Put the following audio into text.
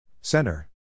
Center